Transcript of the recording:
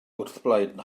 wrthblaid